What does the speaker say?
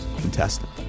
Contestant